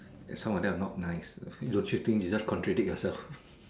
that some of them are not nice don't you think you just contradict yourself